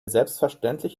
selbstverständlich